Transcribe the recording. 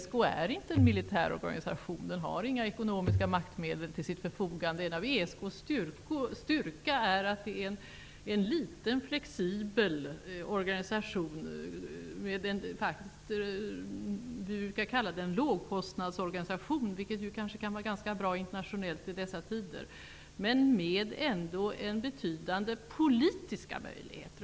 Den har inga ekonomiska maktmedel till sitt förfogande. En styrka är att ESK är en liten flexibel organisation. Vi brukar säga att det är en lågkostnadsorganisation, vilket kanske kan vara bra internationellt i dessa tider. Den har ändå betydande politiska möjligheter.